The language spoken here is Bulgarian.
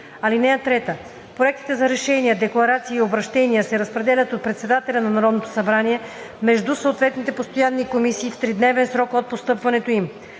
(3) Проектите за решения, декларации и обръщения се разпределят от председателя на Народното събрание между съответните постоянни комисии в тридневен срок от постъпването им,